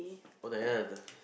what the hell the